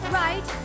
right